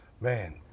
man